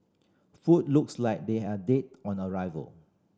food looks like they are dead on arrival